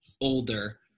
older